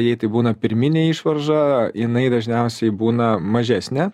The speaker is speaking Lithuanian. jei tai būna pirminė išvarža jinai dažniausiai būna mažesnė